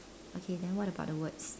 okay then what about the words